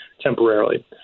temporarily